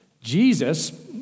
Jesus